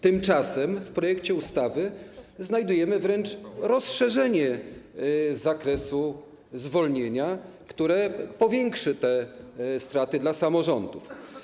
Tymczasem w projekcie ustawy znajdujemy wręcz rozszerzenie zakresu zwolnienia, które powiększy straty samorządów.